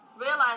realize